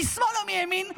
משמאל ומימין,